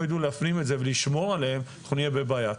ידעו להפנים את זה ולשמור עליהן אנחנו נהיה בבעיה.